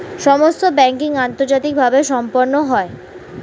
সমস্ত ব্যাংকিং আন্তর্জাতিকভাবে সম্পন্ন হয়